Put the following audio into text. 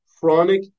chronic